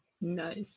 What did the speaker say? Nice